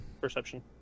Perception